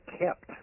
kept